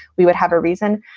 we would have a reason.